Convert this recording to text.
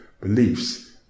beliefs